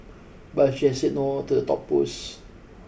but she has said no to the top post